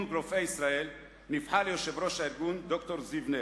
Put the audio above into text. להסתדרות רופאי ישראל נבחר ליושב-ראש הארגון ד"ר זיו-נר,